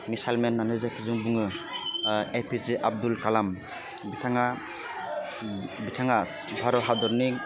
missile man होन्नानै जायखौ जों बुङो एपिजी आबदुल कालाम बिथाङा बिथाङा भारत हादरनि